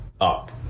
up